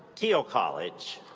thiel college.